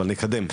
אבל נקדם,